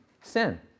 sin